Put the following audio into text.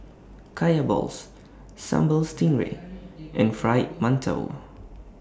Kaya Balls Sambal Stingray and Fried mantou